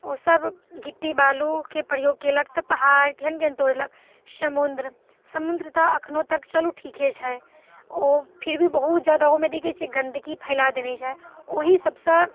ओ सभ गिट्टी बालूके प्रयोग कयलक तऽ पहाड़ केहन केहन तोड़लक समुन्द्र समुन्द्र तऽ अखनो तक चलू ठीके छै ओ फिर भी बहुत जादा ओहूमे देखैत छियै गन्दगी फैला देने छै ओहि सभसँ